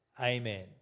Amen